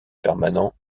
permanent